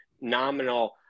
nominal